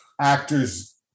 Actors